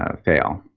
ah fail.